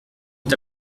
est